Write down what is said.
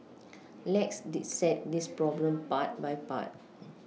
let's dissect this problem part by part